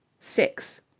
six.